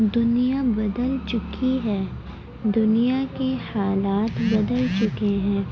دنیا بدل چکی ہے دنیا کے حالات بدل چکے ہیں